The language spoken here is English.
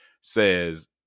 says